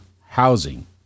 housing